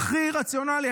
הכי רציונלי.